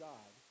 God